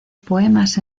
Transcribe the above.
poemas